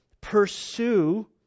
pursue